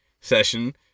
session